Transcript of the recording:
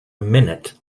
minute